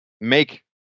make